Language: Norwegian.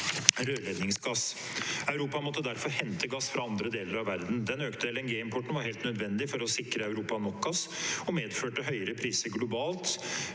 Europa måtte derfor hente gass fra andre deler av verden. Den økte LNG-importen var helt nødvendig for å sikre Europa nok gass, og det medførte høyere priser globalt,